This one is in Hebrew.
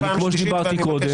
אתה כבר בקריאה שנייה.